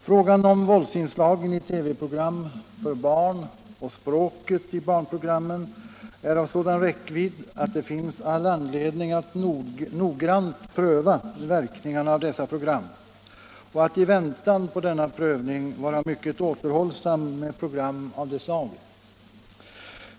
Frågan om våldsinslag i TV-program för barn och språket i barnprogrammen är av sådan räckvidd att det finns all anledning att noggrant pröva verkningarna av dessa program, och att i väntan på denna prövning vara mycket återhållsam med program av det slaget.